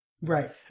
Right